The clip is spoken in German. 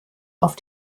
auf